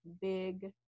big